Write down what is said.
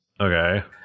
okay